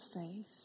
faith